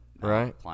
Right